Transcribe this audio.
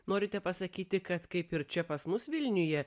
norite pasakyti kad kaip ir čia pas mus vilniuje